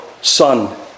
Son